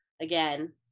again